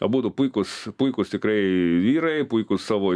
abudu puikūs puikūs tikrai vyrai puikūs savo